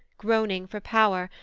groaning for power,